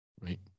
Right